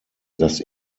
das